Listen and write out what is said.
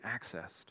accessed